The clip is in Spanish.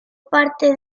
parte